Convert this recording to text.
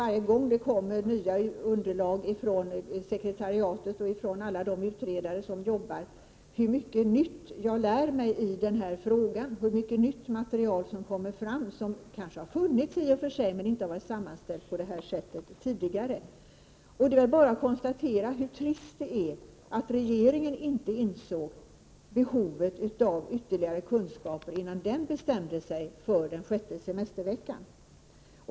Varje gång vi får nya underlag från sekretariatet och från alla de utredare som arbetar med dessa frågor noterar jag hur mycket jag lär mig och hur mycket nytt material som kommer fram, material som kanske i och för sig har funnits men inte har varit sammanställt på detta sätt tidigare. dt Det är bara att konstatera hur trist det är att regeringen inte insåg behovet 16 november 1988 av ytterligare kunskaper innan den bestämde sig för den sjätte semesterveck an.